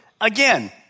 Again